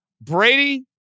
Brady